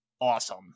awesome